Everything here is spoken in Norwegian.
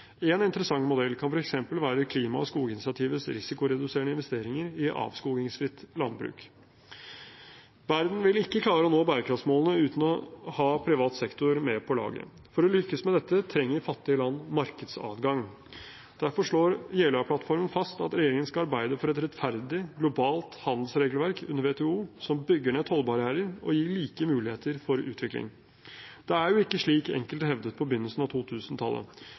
interessant modell kan f.eks. være klima- og skoginitiativets risikoreduserende investeringer i avskogingsfritt landbruk. Verden vil ikke klare å nå bærekraftsmålene uten å ha privat sektor med på laget. For å lykkes med dette trenger fattige land markedsadgang. Derfor slår Jeløya-plattformen fast at regjeringen skal arbeide for et rettferdig, globalt handelsregelverk under WTO som bygger ned tollbarrierer og gir like muligheter for utvikling. Det er jo ikke slik enkelte hevdet på begynnelsen av